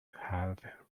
have